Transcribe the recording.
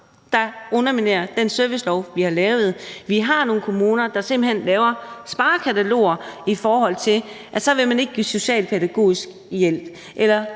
der underminerer den servicelov, vi har lavet; vi har nogle kommuner, der simpelt hen laver sparekataloger, i forhold til at man så ikke vil give socialpædagogisk hjælp,